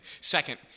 Second